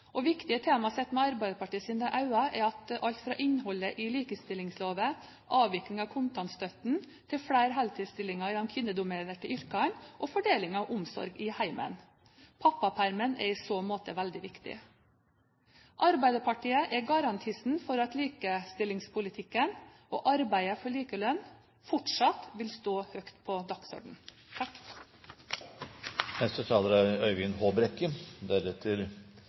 Viktige tema sett med Arbeiderpartiets øyne er alt fra innholdet i likestillingsloven og avvikling av kontantstøtten til flere heltidsstillinger i de kvinnedominerte yrkene og fordeling av omsorg i hjemmet. Pappapermen er i så måte veldig viktig. Arbeiderpartiet er garantisten for at likestillingspolitikken og arbeidet for likelønn fortsatt vil stå høyt på dagsordenen.